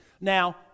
Now